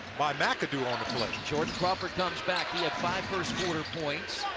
by mcadoo on the play. jordan crawford comes back. he had five first quarter points.